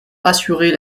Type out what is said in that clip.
assurer